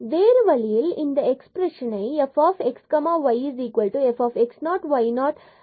வேறு வழியில் இதனை இந்த எக்ஸ்பிரஸன்னை fxyfx0yo நம்மால் எழுத இயலும்